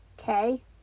okay